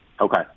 Okay